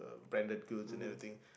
branded goods and anything